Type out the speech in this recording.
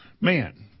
man